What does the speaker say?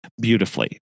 beautifully